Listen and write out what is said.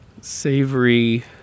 savory